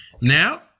Now